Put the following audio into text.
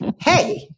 Hey